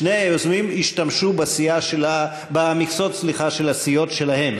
שני היוזמים, השתמשו במכסות של הסיעות שלהם.